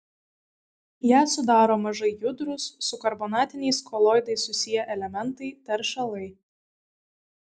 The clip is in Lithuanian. ją sudaro mažai judrūs su karbonatiniais koloidais susiję elementai teršalai